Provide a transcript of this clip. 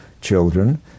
children